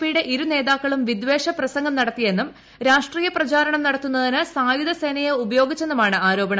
പിയുടെ ഇരു നേതാക്കളും വിദ്വേഷ പ്രസംഗം നടത്തിയെന്നും രാഷ്ട്രീയ പ്രചരണം നടത്തുന്നതിന് സായുധസേനയെ ഉപയോഗിച്ചെന്നുമാണ് ആരോപണം